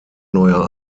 neuer